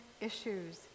issues